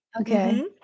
Okay